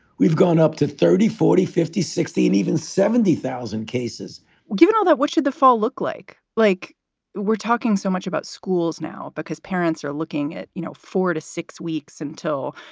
we've gone up to thirty, forty, fifty, sixty and even seventy thousand cases given all that, what should the fall look like? like we're talking so much about schools now because parents are looking at, you know, four to six weeks until,